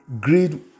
Greed